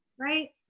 right